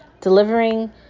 delivering